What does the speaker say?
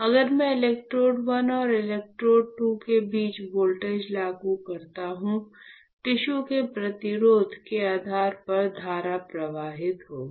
अगर मैं इलेक्ट्रोड 1 और इलेक्ट्रोड 2 के बीच वोल्टेज लागू करता हूं टिश्यू के प्रतिरोध के आधार पर धारा प्रवाहित होगी